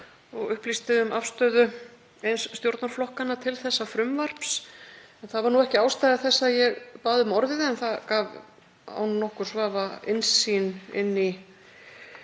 sem upplýsti um afstöðu eins stjórnarflokkanna til frumvarpsins. Það var þó ekki ástæða þess að ég bað um orðið en það gaf án nokkurs vafa innsýn inn í